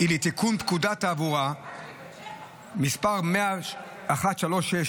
לתיקון פקודת תעבורה מס' 136 של